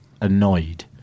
annoyed